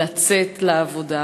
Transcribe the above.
לצאת לעבודה?